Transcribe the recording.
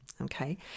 Okay